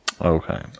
Okay